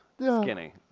Skinny